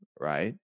right